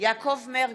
יעקב מרגי,